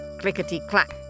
clickety-clack